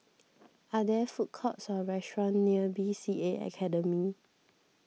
are there food courts or restaurants near B C A Academy